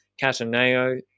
Cataneo